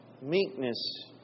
meekness